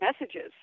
messages